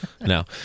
No